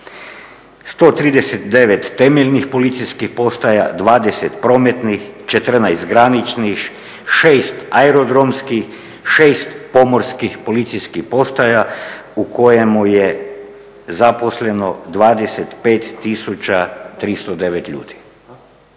139 temeljnih policijskih postaja, 20 prometnih, 14 graničnih, 6 aerodromskih, 6 pomorskih policijskih postrojba u kojima je zaposleno 25 309 ljudi.